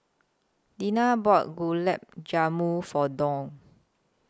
Dina bought Gulab Jamun For Doug